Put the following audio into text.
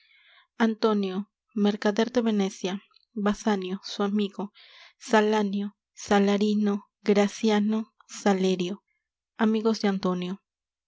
antonio mercader de venecia basanio su amigo salanio salarino graciano amigos de antonio